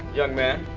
young man,